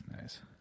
Nice